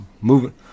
moving